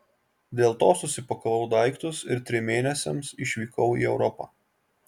dėl to susipakavau daiktus ir trim mėnesiams išvykau į europą